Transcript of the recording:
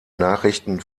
nachrichten